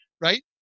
right